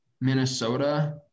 Minnesota